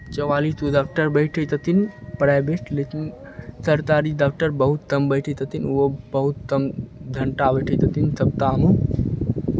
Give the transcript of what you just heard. चौआलिस गो डाक्टर बैठै छथिन प्राइवेट लेतिन सरकारी डाक्टर बहुत कम बैठै छथिन ओहो बहुत तम घण्टा बैठै छथिन सप्ताहमे